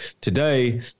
today